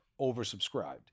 oversubscribed